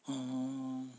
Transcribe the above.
orh